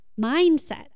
mindset